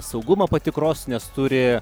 saugumo patikros nes turi